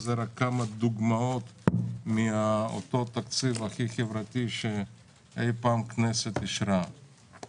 ואלו רק כמה דוגמאות מאותו התקציב הכי חברתי שהכנסת אישרה אי פעם.